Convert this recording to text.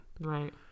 right